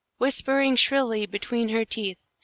whispering shrilly between her teeth,